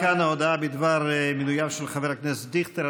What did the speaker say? עד כאן ההודעה בדבר מינויו של חבר הכנסת דיכטר.